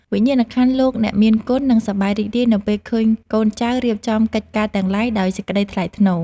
វិញ្ញាណក្ខន្ធលោកអ្នកមានគុណនឹងសប្បាយរីករាយនៅពេលឃើញកូនចៅរៀបចំកិច្ចការទាំងឡាយដោយសេចក្តីថ្លៃថ្នូរ។